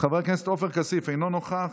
חבר הכנסת עופר כסיף, אינו נוכח,